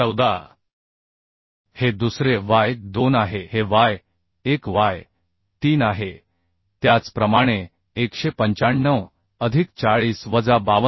14 हे दुसरे y2 आहे हे y1y3 आहे त्याचप्रमाणे 195 अधिक 40 वजा 52